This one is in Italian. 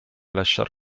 lasciar